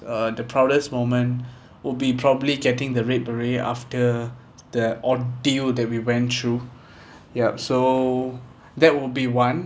uh the proudest moment would be probably getting the red beret after the ordeal that we went through yup so that would be one